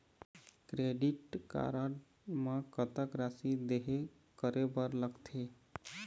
Credit card म कतक राशि देहे करे बर लगथे?